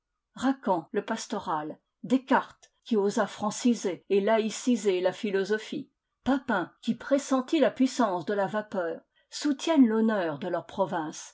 racan le pastoral descartes qui osa franciser et laïciser la philosophie papin qui pressentit la puissance de la vapeur soutiennent l'honneur de leur province